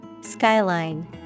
Skyline